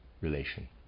relation